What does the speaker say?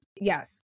Yes